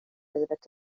livet